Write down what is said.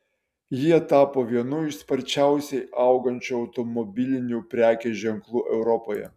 jie tapo vienu iš sparčiausiai augančių automobilinių prekės ženklų europoje